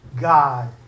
God